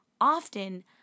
Often